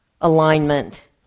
alignment